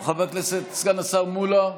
חבר הכנסת סגן השר מולא,